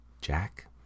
Jack